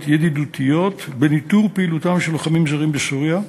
ידידותיות בניטור פעילותם של לוחמים זרים בסוריה,